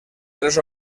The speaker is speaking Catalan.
tres